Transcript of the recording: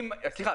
סליחה,